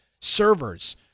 servers